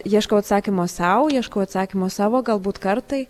ieškau atsakymo sau ieškau atsakymo savo galbūt kartai